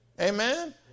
amen